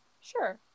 Sure